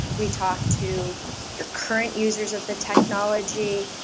we talk to your current users of the technology.